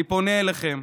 אני פונה אליכם,